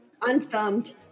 Unthumbed